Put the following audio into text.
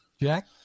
Jack